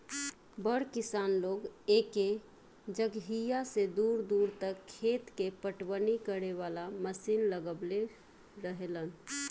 बड़ किसान लोग एके जगहिया से दूर दूर तक खेत के पटवनी करे वाला मशीन लगवले रहेलन